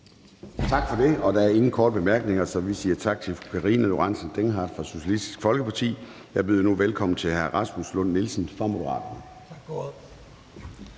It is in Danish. Tak for det. Der er ingen korte bemærkninger, så vi siger tak til fru Karina Lorentzen Dehnhardt fra Socialistisk Folkeparti. Jeg byder nu velkommen til hr. Rasmus Lund-Nielsen fra Moderaterne.